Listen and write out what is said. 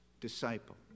disciple